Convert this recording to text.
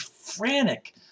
frantic